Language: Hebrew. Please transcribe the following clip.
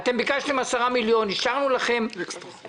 ביקשתם 13 מיליון שקל,